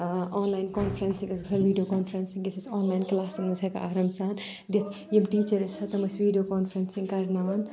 online conference ٲس گژھان video conference ٲسۍ أسۍ آنلایِن کلاسن منز ہؠکان آرام سان دِتھ یِم ٹیٖچَر ٲسۍ آسان تِم ٲسۍ ویٖڈیو کانفرؠنسِنگ کَرناوان